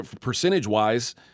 Percentage-wise